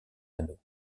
anneaux